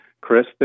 Chris